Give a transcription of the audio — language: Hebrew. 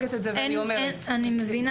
אני מסווגת את זה ואני אומרת --- אני מבינה